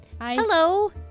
Hello